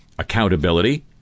accountability